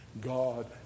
God